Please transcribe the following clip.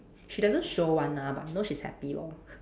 she doesn't show [one] ah but we know she's happy lor